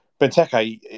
Benteke